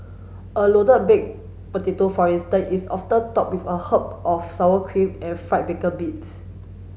a loaded baked potato for instance is often topped with a of sour cream and fried bacon bits